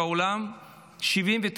אף אחד,